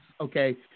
okay